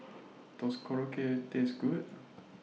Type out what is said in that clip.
Does Korokke Taste Good